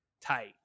tight